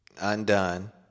undone